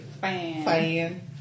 fan